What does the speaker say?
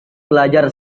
pelajar